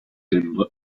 him